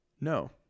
no